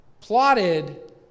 plotted